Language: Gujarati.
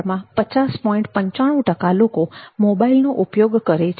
95 લોકો મોબાઈલનો ઉપયોગ કરે છે